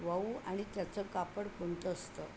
वाऊ आणि त्याचं कापड कोणतं असतं